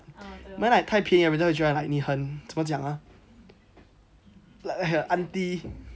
but then like 太便宜人家就会觉得 like 你很怎么讲啊很 ah 很 aunty